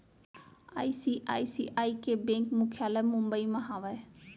ICICI के bank मुख्यालय मुंबई म हावय